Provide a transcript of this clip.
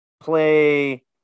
play